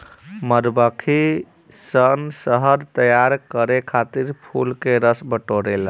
मधुमक्खी सन शहद तैयार करे खातिर फूल के रस बटोरे ले